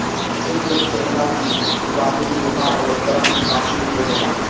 आयुर्वेद कहेला की खुबानी मीठा अउरी गरम तासीर के होला